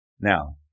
Now